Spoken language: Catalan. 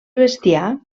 bestiar